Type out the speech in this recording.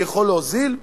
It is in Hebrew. אני יכול להוזיל?